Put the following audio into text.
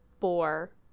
four